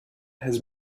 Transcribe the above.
has